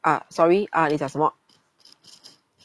ah sorry ah 你讲什么